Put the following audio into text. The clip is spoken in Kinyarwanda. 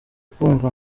kumva